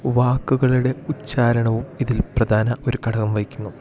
വാക്കുകളുടെ ഉച്ചാരണവും ഇതിൽ പ്രധാന ഒരു ഘടകം വഹിക്കുന്നു